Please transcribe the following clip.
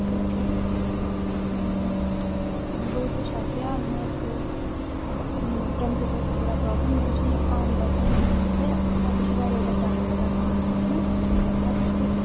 ٹھیٖک چھِو بہٕ حظ چھَس شافیا مےٚ حظ اوس کمپیٛوٗٹَرس تھوڑا پرٛابلِم مےٚ حظ چھُنہٕ یہِ آن گژھان کِہیٖنٛۍ تہٕ اتھ حظ چھُ واریاہ زیادٕ ٹایم لَگان آن گژھنَس اتھ حظ چھُ بیٚیہِ